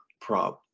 problem